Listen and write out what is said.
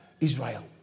Israel